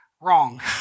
Wrong